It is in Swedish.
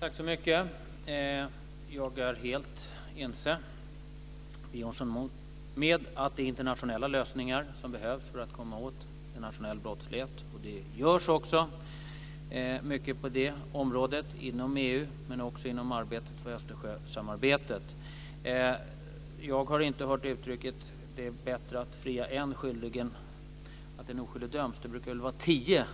Fru talman! Jag är helt ense med Jeppe Johnsson om att det behövs internationella lösningar för att komma åt internationell brottslighet. Det görs mycket på det området inom EU men också inom ramen för Jag har inte hört uttrycket att det är bättre att fria en skyldig än att en oskyldig döms. Det brukar vara tio